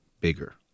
bigger